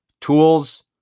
tools